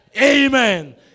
amen